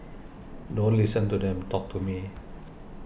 don't listen to them talk to me